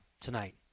tonight